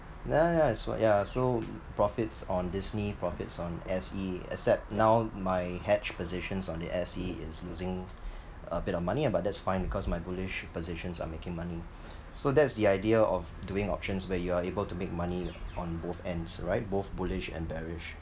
yeah yeah that's why ya so profits on disney profits on S_E except now my hedge positions on the S_E is losing a bit of money ah but that's fine because my bullish positions are making money so that's the idea of doing options where you are able to make money on both ends right both bullish and bearish